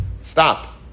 stop